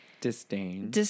Disdain